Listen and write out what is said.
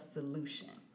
Solution